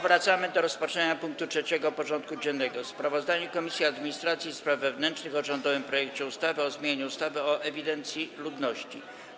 Powracamy do rozpatrzenia punktu 3. porządku dziennego: Sprawozdanie Komisji Administracji i Spraw Wewnętrznych o rządowym projekcie ustawy o zmianie ustawy o ewidencji ludności.